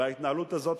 וההתנהלות הזאת,